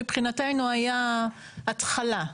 מבחינתנו זה היה ממש התחלה,